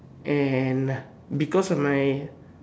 and because of my